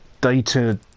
data